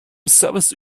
service